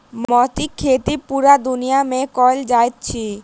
मोतीक खेती पूरा दुनिया मे कयल जाइत अछि